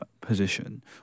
position